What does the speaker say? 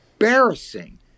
embarrassing